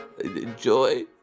Enjoy